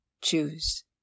Choose